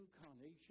incarnation